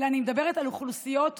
אלא אני מדברת על אוכלוסיות מוחלשות,